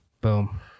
Boom